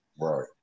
Right